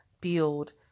build